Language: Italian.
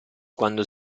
quando